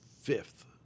fifth